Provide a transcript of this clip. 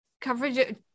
coverage